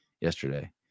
yesterday